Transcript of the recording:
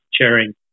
chairing